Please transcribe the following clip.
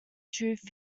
truth